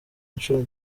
inshuro